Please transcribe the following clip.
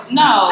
no